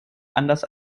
anders